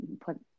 put